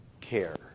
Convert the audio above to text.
care